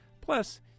Plus